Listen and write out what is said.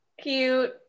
cute